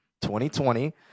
2020